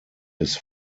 his